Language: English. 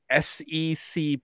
SEC